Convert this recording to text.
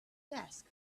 desk